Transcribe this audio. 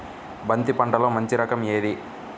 బంతి పంటలో మంచి రకం ఏది?